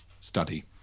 study